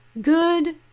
good